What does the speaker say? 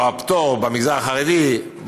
או הפטור במגזר החרדי,